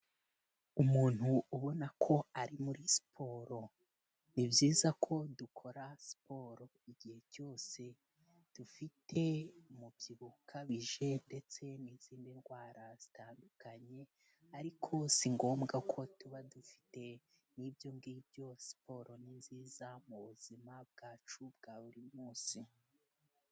Umuntu ubona ko ari muri siporo ni byiza ko dukora siporo igihe cyose dufite umubyibuho ukabije ndetse n'izindi ndwara zitandukanye, ariko si ngombwa ko tuba dufite n'ibyo ngibyo siporo ni nziza mubu buzima bwacu bwa buri munsi.